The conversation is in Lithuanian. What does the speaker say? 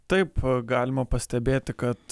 taip galima pastebėti kad